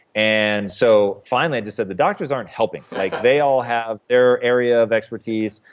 and so finally i just said, the doctors aren't helping like they all have their area of expertise.